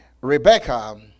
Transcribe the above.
Rebecca